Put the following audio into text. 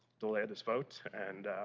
delay of this vote. and